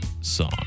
song